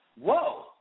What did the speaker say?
whoa